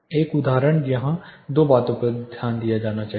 एक उदाहरण यहाँ दो बातों पर ध्यान दिया जाना है